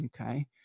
Okay